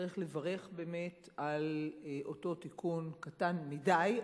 צריך לברך על אותו תיקון קטן מדי,